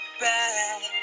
back